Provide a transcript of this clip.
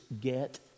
get